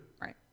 right